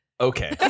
Okay